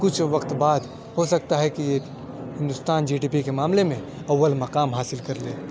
کچھ وقت بعد ہو سکتا ہے کہ ہندوستان جی ڈی پی کے معاملے میں اول مقام حاصل کر لے